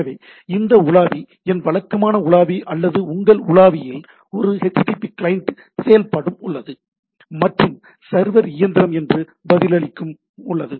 எனவே இந்த உலாவி என் வழக்கமான உலாவி அல்லது உங்கள் உலாவியில் ஒரு HTTP கிளையன்ட் செயல்படும் உள்ளது மற்றும் சர்வர் இயந்திரம் என்று பதிலளிக்கும் உள்ளது